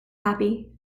happy